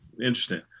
Interesting